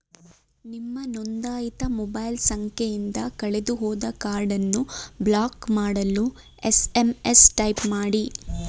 ನಿಮ್ಮ ನೊಂದಾಯಿತ ಮೊಬೈಲ್ ಸಂಖ್ಯೆಯಿಂದ ಕಳೆದುಹೋದ ಕಾರ್ಡನ್ನು ಬ್ಲಾಕ್ ಮಾಡಲು ಎಸ್.ಎಂ.ಎಸ್ ಟೈಪ್ ಮಾಡಿ